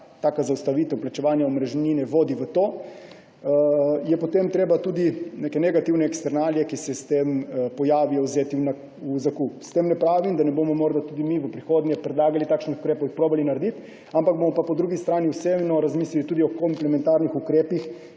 taka zaustavitev plačevanja omrežnine vodi v to, je potem treba tudi neke negativne eksternalije, ki se s tem pojavijo, vzeti v zakup. S tem ne pravim, da ne bomo morda tudi mi v prihodnje predlagali takšnih ukrepov, jih poskušali narediti, bomo pa po drugi strani vseeno razmislili tudi o komplementarnih ukrepih,